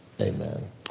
Amen